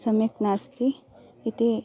सम्यक् नास्ति इति